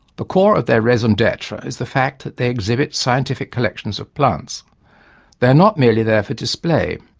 the core of their raison d'etre is the fact that they exhibit scientific collections of plants they are not merely there for display.